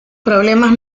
problemas